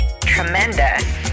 tremendous